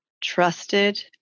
trusted